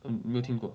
um 没有听过